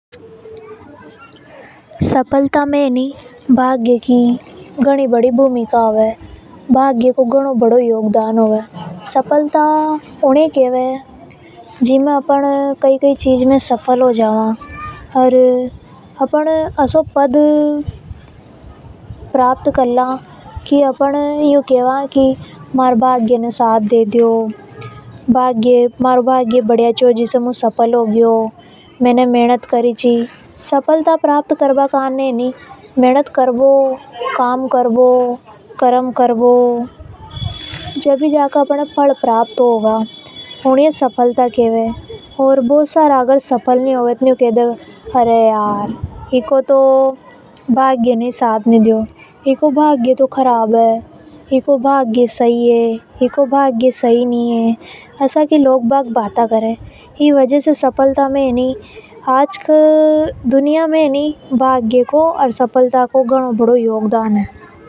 सफलता में है नि भाग्य की घणी बड़ी भूमिका होवे। भाग्य को घनों बढ़ो योगदान होवे सफलता ऊनी ये केवे की अपन कई कई काम में सफल हो जावा। और अपन कई कई बड़े पद प्राप्त कर ला तो अपन ऐसा के बा की मारो तो भाग्य ने साथ दे दियो। मारो भाग्य बढ़िया तो जिसे मु सफल हो गयो मैने मेहनत की थी जिसे मु सफल हो गयो एनी ये सफलता खेवे है। अपन काम करेगा कर्म करगा जब जाके ही अपन ये फल प्राप्त हो गा। बहुत सारा सफल नि होवे तो यू केव की अरे यार एको तो भाग्य ने ही साथ नि दियो।